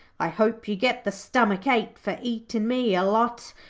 i hope you get the stomach ache for eatin' me a lot.